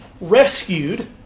rescued